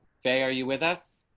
they are you with us.